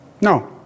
No